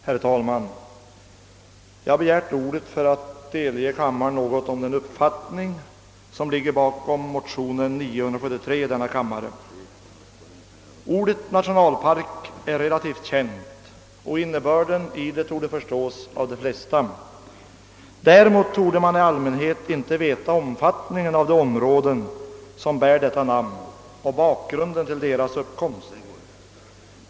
Herr talman! Jag har begärt ordet för att delge kammarens ledamöter något av den uppfattning som ligger bakom motionen II: 973. Ordet nationalpark är relativt känt, och innebörden i det torde förstås av de flesta. Däremot torde man i allmänhet inte känna till omfattningen av de områden som bär detta namn och inte heller bakgrunden till deras uppkomst.